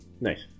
Nice